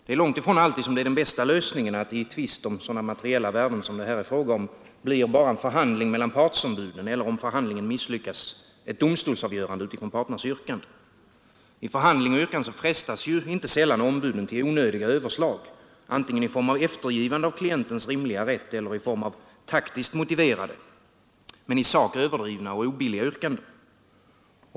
Det är långt ifrån alltid den bästa lösningen, att det i tvist om sådana materiella värden som det gäller enbart blir en förhandling mellan partsombuden eller, om förhandlingen misslyckas, ett domstolsavgörande utifrån parternas yrkanden. I förhandling och yrkanden frestas inte sällan ombuden till onödiga överslag, antingen i form av eftergivande av klientens rimliga rätt eller i form av taktiskt motiverade men i sak överdrivna och obilliga yrkanden.